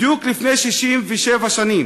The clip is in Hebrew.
בדיוק לפני 67 שנים,